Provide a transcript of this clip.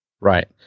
Right